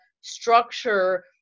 structure